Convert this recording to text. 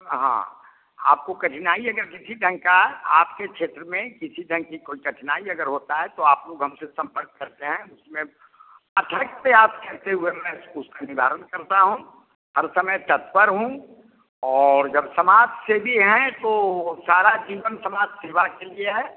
हाँ आपको कठिनाई अगर किसी ढंग का आपके क्षेत्र में किसी ढंग की कोई कठिनाई अगर होता है तो आप लोग हमसे संपर्क करते हैं उसमें आप कहते हुए मैं उस उसकी निवारण करता हूँ हर समय तत्पर हूँ और जब समाजसेवी हैं तो सारा जीवन समाज सेवा के लिए है